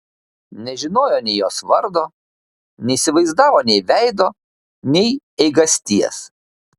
nežinojo nei jos vardo neįsivaizdavo nei veido nei eigasties